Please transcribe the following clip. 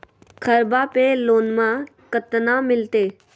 घरबा पे लोनमा कतना मिलते?